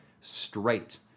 straight